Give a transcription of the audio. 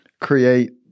Create